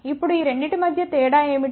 ఇప్పుడు ఈ రెండింటి మధ్య తేడా ఏమిటి